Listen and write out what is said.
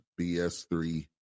BS3